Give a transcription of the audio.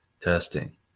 Testing